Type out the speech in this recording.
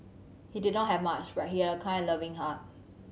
he did not have much but he had a kind and loving heart